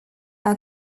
are